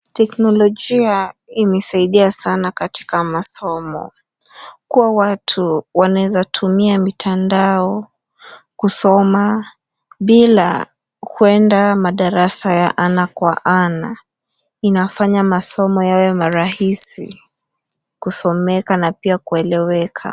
Teknolojia imesaidia sana katika masomo kuwa watu wanaeza tumia mitandao kusoma bila ya kuenda madarasa ya ana kwa ana. Inafanya masomo kuwa marahisi kusomeka na pia kueleweka.